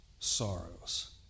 sorrows